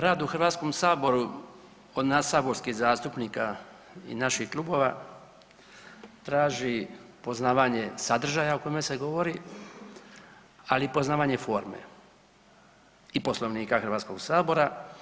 Rad u Hrvatskom saboru nas saborskih zastupnika i naših klubova traži poznavanje sadržaja o kojem se govori ali i poznavanje forme i Poslovnika Hrvatskog sabora.